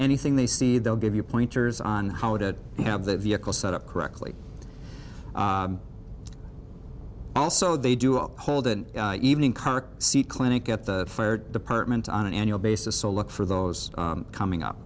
anything they see they'll give you pointers on how did they have the vehicle set up correctly also they do a hold an evening car seat clinic at the fire department on an annual basis so look for those coming up